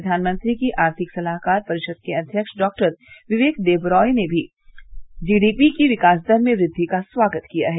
प्रधानमंत्री की आर्थिक सलाहकार परिषद के अध्यक्ष डॉक्टर बिबेक देबरॉय ने भी जीडीपी की विकास दर में वृद्वि का स्वागत किया है